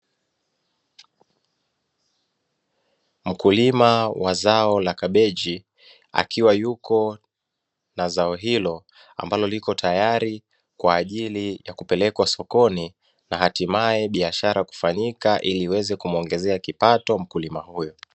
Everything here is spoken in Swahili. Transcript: Mkulima wa zao la kabeji akiwa yuko na zao hilo ambalo liko tayari kwa ajili ya kupelekwa sokoni, na hatimae biashara kufanyika ili iweze kumuongezea kipato mkulima huyo.